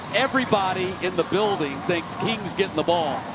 everybody in the building thinks king's getting the ball.